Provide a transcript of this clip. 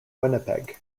winnipeg